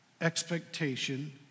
expectation